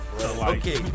Okay